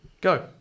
Go